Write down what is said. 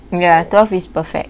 ya twelve is perfect